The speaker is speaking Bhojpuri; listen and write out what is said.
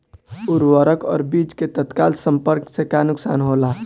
उर्वरक और बीज के तत्काल संपर्क से का नुकसान होला?